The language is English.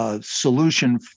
solution